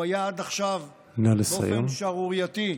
הוא היה עד עכשיו, באופן שערורייתי,